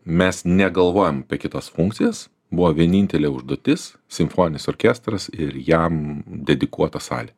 mes negalvojam apie kitas funkcijas buvo vienintelė užduotis simfoninis orkestras ir jam dedikuota salė